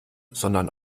sondern